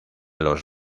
los